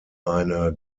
eine